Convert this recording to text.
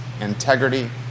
integrity